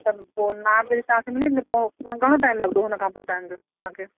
त पोइ नाप जॾहिं तव्हां खे मिली वेंदी त पोइ घणो टाइम लॻंदो हुन खां पोइ तव्हां जो तव्हां खे